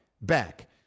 back